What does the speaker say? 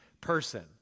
person